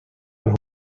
ein